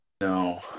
No